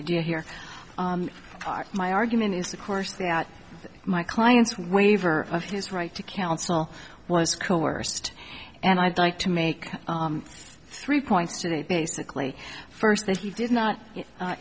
idea here my argument is of course that my client's waiver of his right to counsel was coerced and i'd like to make three points today basically first that he did not